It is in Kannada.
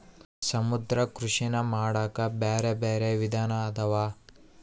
ಸಮುದ್ರ ಕೃಷಿನಾ ಮಾಡಾಕ ಬ್ಯಾರೆ ಬ್ಯಾರೆ ವಿಧಾನ ಅದಾವ